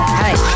hey